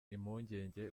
impungenge